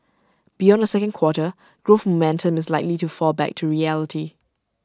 beyond the second quarter growth momentum is likely to fall back to reality